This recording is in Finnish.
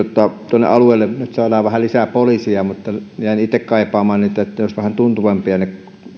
tuonne alueille nyt saadaan vähän lisää poliiseja mutta jäin itse kaipaamaan että olisivat vähän tuntuvampia ne